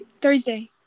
Thursday